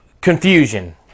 confusion